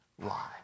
lie